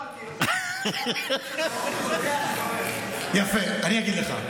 אני אגיד לך.